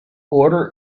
order